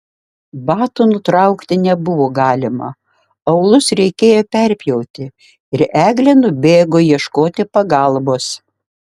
batų nutraukti nebuvo galima aulus reikėjo perpjauti ir eglė nubėgo ieškoti pagalbos